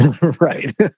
right